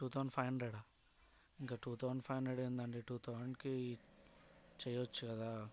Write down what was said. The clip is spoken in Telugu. టూ థౌజండ్ ఫైవ్ హండ్రెడా ఇంక టూ థౌజండ్ ఫైవ్ హండ్రెడ్ ఏంటండీ టూ థౌజండ్కి చేయొచ్చు కదా